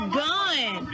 gun